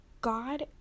God